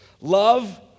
Love